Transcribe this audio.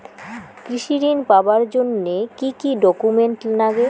কৃষি ঋণ পাবার জন্যে কি কি ডকুমেন্ট নাগে?